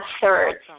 third